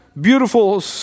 beautiful